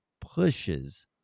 pushes